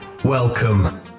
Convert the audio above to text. Welcome